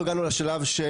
מדגיש את